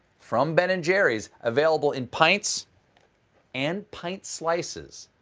from ben and jerry's available in pints and pint slices.